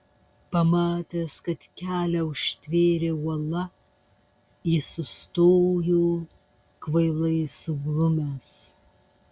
pamatęs kad kelią užtvėrė uola jis sustojo kvailai suglumęs